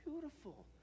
beautiful